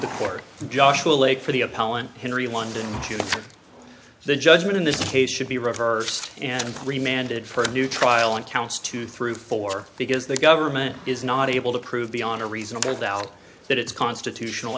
the court joshua late for the apollo and henry london the judgment in this case should be reversed and remanded for a new trial and counts two through four because the government is not able to prove beyond a reasonable doubt that its constitutional